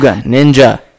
Ninja